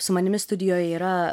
su manimi studijoj yra